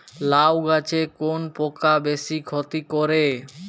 লাউ গাছে কোন পোকা বেশি ক্ষতি করে?